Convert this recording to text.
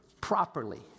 properly